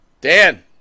Dan